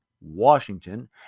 Washington